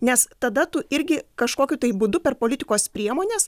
nes tada tu irgi kažkokiu tai būdu per politikos priemones